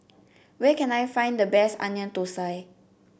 where can I find the best Onion Thosai